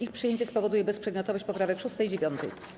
Ich przyjęcie spowoduje bezprzedmiotowość poprawek 6. i 9.